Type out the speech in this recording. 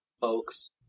folks